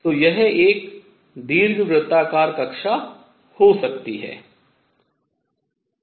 तो यह एक दीर्घ वृत्ताकार कक्षा हो सकती है